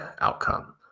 outcome